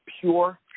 pure